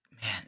man